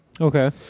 Okay